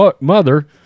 mother